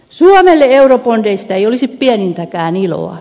suomelle eurobondeista ei olisi pienintäkään iloa